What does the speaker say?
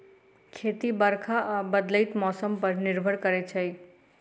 खेती बरखा आ बदलैत मौसम पर निर्भर करै छै